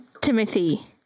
Timothy